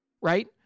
right